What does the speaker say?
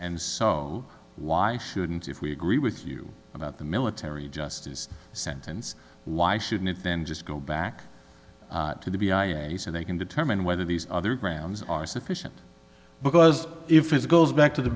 and so why shouldn't if we agree with you about the military justice sentence why shouldn't it then just go back to the and they can determine whether these other grounds are sufficient because if it goes back to the